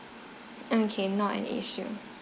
okay not an issue